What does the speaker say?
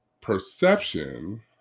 perception